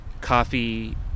coffee